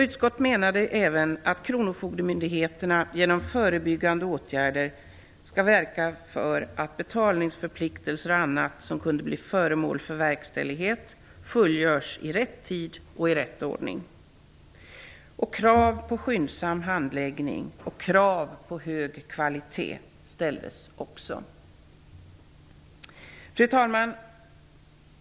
Utskottet menade även att kronofogdemyndigheterna genom förebyggande åtgärder skall verka för att betalningsförpliktelser och annat som kunde bli föremål för verkställighet fullgörs i rätt tid och i rätt ordning. Krav på skyndsam handläggning och på hög kvalitet ställdes också. Fru talman!